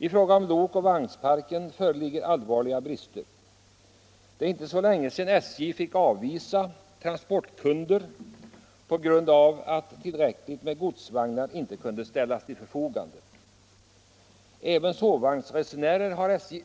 I fråga om lokoch vagnparken föreligger allvarliga brister. Det är inte länge sedan SJ fick avvisa transportkunder på grund av att tillräckligt med godsvagnar inte kunde ställas till förfogande. Även sovvagnsresenärer har SJ